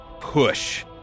push